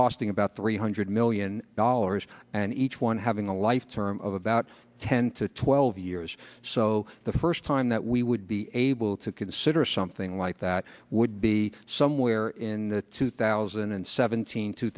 costing about three hundred million dollars and each one having a life term of about ten to twelve years so the first time that we would be able to consider something like that would be somewhere in the two thousand and seventeen two